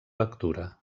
lectura